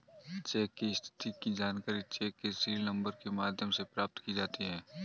check की स्थिति की जानकारी चेक के सीरियल नंबर के माध्यम से प्राप्त की जा सकती है